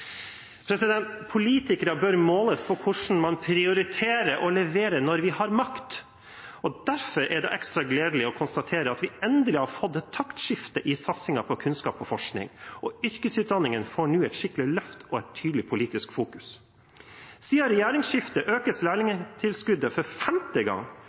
Politikere bør måles på hvordan man prioriterer og leverer når man har makt, og derfor er det ekstra gledelig å konstatere at vi endelig har fått et taktskifte i satsingen på kunnskap og forskning, og yrkesutdanningene får nå et skikkelig løft og et tydelig politisk fokus. Siden regjeringsskiftet økes lærlingtilskuddet for femte gang,